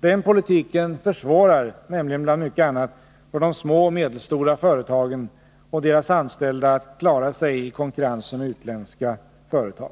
Den politiken försvårar nämligen bland mycket annat för de små och medelstora företagen och deras anställda att klara sig i konkurrensen med utländska företag.